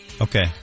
Okay